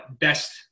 best